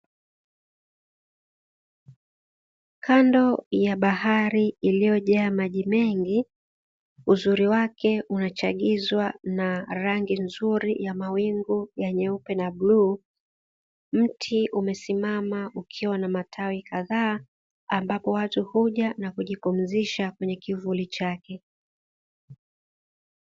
Kando ya bahari iliyojaa maji mengi uzuri wake unachagizwa na rangi nzuri ya mawingu ya nyeupe na bluu. Mti umesimama ukiwa na matawi kadhaa ambapo watu huja nakujipumzisha kwenye kivuli chake.